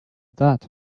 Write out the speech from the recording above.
that